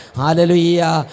hallelujah